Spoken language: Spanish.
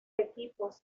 equipos